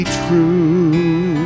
true